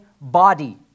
body